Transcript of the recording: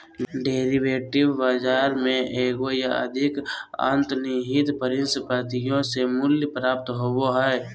derivative बाजार में एगो या अधिक अंतर्निहित परिसंपत्तियों से मूल्य प्राप्त होबो हइ